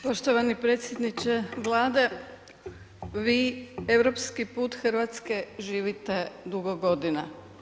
Poštovani predsjedniče Vlade, vi europski put živite dugo godina.